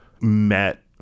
met